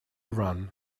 run